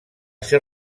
ser